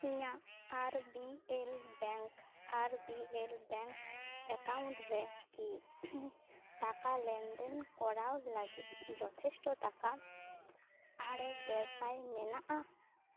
ᱤᱧᱟᱹᱜ R B L bank R B L bank account ᱨᱮ ᱠᱤ ᱴᱟᱠᱟ ᱞᱮᱱᱫᱮᱱ ᱠᱚᱨᱟᱣ ᱞᱟᱹᱜᱤᱫ ᱡᱚᱛᱷᱮᱥᱴᱚ ᱴᱟᱠᱟ ᱟᱨᱮᱜᱮ ᱥᱟᱭ ᱢᱮᱱᱟᱜᱼᱟ